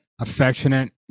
affectionate